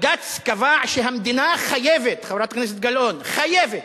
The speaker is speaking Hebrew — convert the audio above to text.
בג"ץ קבע שהמדינה חייבת, חברת הכנסת גלאון, חייבת,